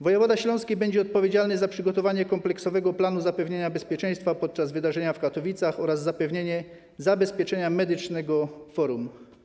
Wojewoda śląski będzie odpowiedzialny za przygotowanie kompleksowego planu zapewnienia bezpieczeństwa podczas wydarzenia w Katowicach oraz zapewnienie zabezpieczenia medycznego forum.